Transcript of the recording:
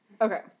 Okay